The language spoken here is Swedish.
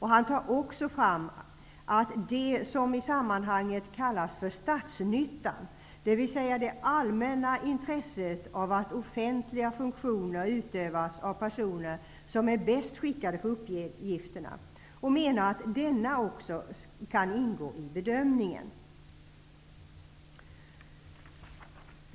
Han tar också fram det som i annat sammanhang kallas statsnyttan, dvs. det allmänna intresset av att offentliga funktioner utövas av personer som är bäst skickade för uppgifterna, och menar att denna också kan ingå i bedömningen.